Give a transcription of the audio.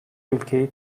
ülkeyi